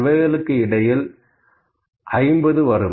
இவைகளுக்கு இடையில் 50 வரும்